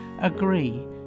agree